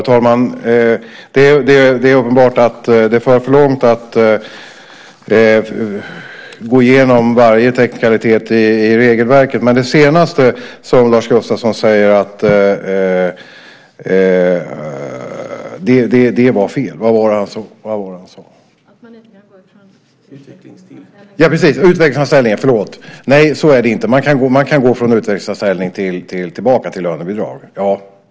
Herr talman! Det är uppenbart att det för för långt att gå igenom varje teknikalitet i regelverket. Men det senaste som Lars Gustafsson sade var fel. Det gällde utvecklingsanställningen. Så är det alltså inte, utan man kan gå från utvecklingsanställning tillbaka till lönebidrag.